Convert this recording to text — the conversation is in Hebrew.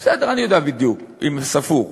בסדר, אני יודע בדיוק אם, זה ספור.